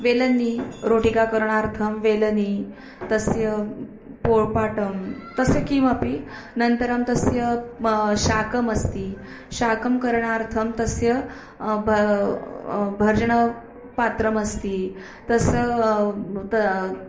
वेलनी रोटिकाकरणार्थं वेलनी तस्य पोपाटं तस्य किमपि अनन्तरं तस्य मा शाकमस्ति शाकं करणार्थं तस्य भर्जनपात्रमस्ति तस्य उत